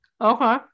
Okay